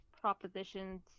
propositions